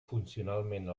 funcionalment